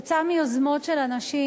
עקב יוזמות של אנשים,